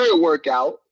workout